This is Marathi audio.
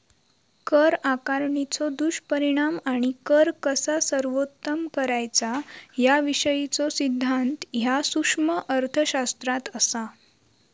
कर आकारणीचो दुष्परिणाम आणि कर कसा सर्वोत्तम करायचा याविषयीचो सिद्धांत ह्या सूक्ष्म अर्थशास्त्रात असा